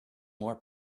more